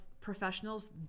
professionals